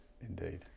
Indeed